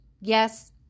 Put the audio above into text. Yes